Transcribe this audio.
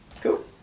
Cool